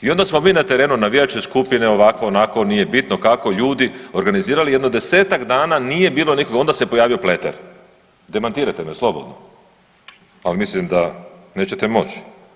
I onda smo mi na terenu, navijačke skupine, ovako, onako nije bitno kako ljudi organizirali jedno 10-ak dana nije bilo nikoga onda se pojavio Pleter, demantirajte me slobodno, ali mislim da nećete moći.